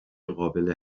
قابل